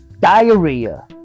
diarrhea